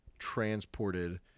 transported